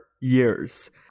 years